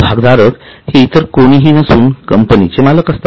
भागधारक हे इतर कोणीही नसून कंपनीचे मालक असतात